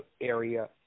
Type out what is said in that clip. area